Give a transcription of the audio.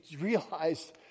realized